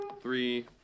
Three